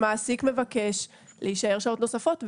שמעסיק מבקש להישאר שעות נוספות,